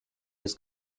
ist